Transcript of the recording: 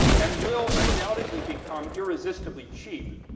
and will undoubtedly become irresistibly cheap,